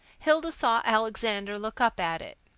hilda saw alexander look up at it.